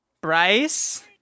Bryce